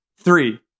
Three